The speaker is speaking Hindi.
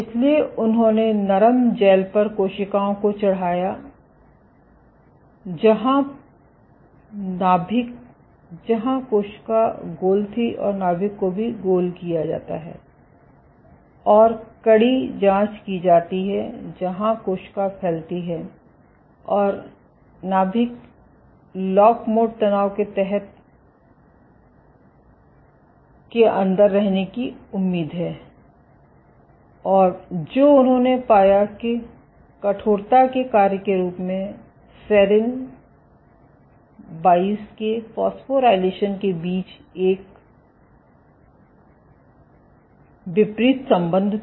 इसलिए उन्होंने नरम जैल पर कोशिकाओं को चढ़ाया जहां नाभिक जहां कोशिका को गोल थी और नाभिक को भी गोल किया जाता है और कड़ी जांच की जाती है जहां कोशिका फैलती है और नाभिक लॉक मोड तनाव के तहत के अंदर रहने की उम्मीद है और जो उन्होंने पाया कि कठोरता के कार्य के रूप में सेरीन 22 के फॉस्फोराइलेशन के बीच एक विपरीत संबंध था